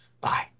bye